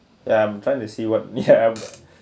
ya I'm trying to see what ya